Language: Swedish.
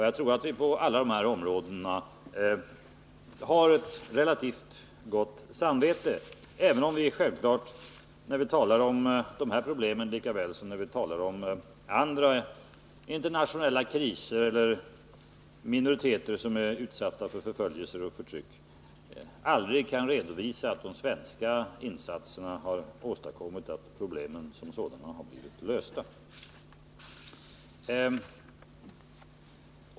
Jag tror att vi på alla dessa områden har ett relativt gott samvete, även om vi självfallet aldrig när det gäller internationella kriser eller förföljelse och förtryck av minoriteter kan redovisa att de svenska insatserna har medfört att problemen som sådana blivit lösta.